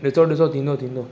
ॾिसो ॾिसो थींदो थींदो